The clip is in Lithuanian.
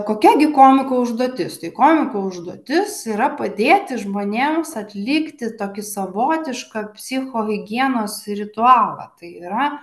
kokia gi komiko užduotis komiko užduotis yra padėti žmonėms atlikti tokį savotišką psichohigienos ritualą tai yra